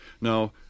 Now